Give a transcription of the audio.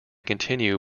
continue